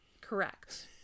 Correct